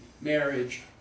marriage